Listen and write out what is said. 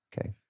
Okay